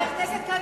את מציעה,